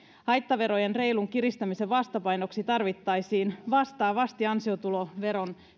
haittaverojen reilun kiristämisen vastapainoksi tarvittaisiin vastaavasti ansiotuloveron